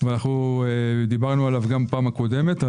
אנחנו דיברנו עליו גם בפעם הקודמת.